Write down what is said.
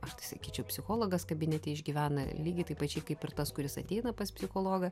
aš tai sakyčiau psichologas kabinete išgyvena lygiai taip pačiai kaip ir tas kuris ateina pas psichologą